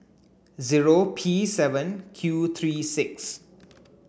zero P seven Q three six